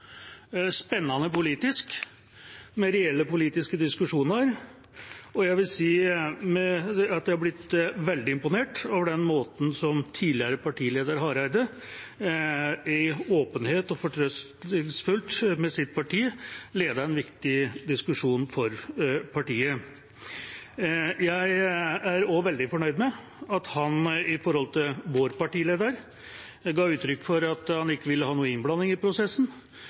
spennende politisk, med reelle politiske diskusjoner, og jeg vil si at jeg er blitt veldig imponert over den måten tidligere partileder Hareide i åpenhet og fortrøstningsfullt overfor sitt parti ledet en viktig diskusjon for partiet på. Jeg er også veldig fornøyd med at han overfor vår partileder ga uttrykk for at han ikke ville ha noe innblanding i prosessen,